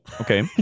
okay